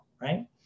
Right